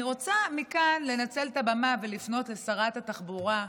אני רוצה מכאן לנצל את הבמה ולפנות לשרת התחבורה,